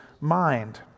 mind